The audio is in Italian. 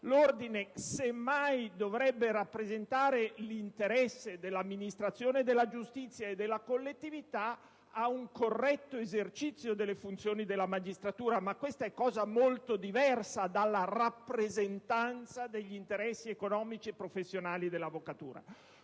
l'ordine dovrebbe rappresentare l'interesse dell'amministrazione della giustizia e della collettività a un corretto esercizio delle funzioni dell'avvocatura. Questo, evidentemente, è molto diverso dalla rappresentanza degli interessi economici e professionali dell'avvocatura.